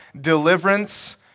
deliverance